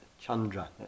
chandra